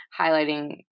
highlighting